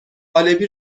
طالبی